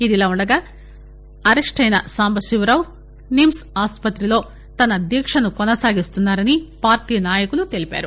ఇదిలా ఉండగా అరెస్టు చేసిన సాంబశివరావు నిమ్స్ ఆస్పత్రిలో తన దీక్షను కొనసాగిస్తున్నారని పార్టీ నాయకులు తెలిపారు